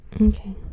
Okay